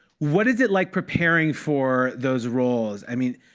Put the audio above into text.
what is it like preparing for those roles? i mean,